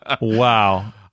Wow